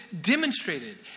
demonstrated